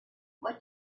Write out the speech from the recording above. what